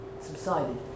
subsided